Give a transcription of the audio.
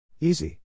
Easy